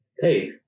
hey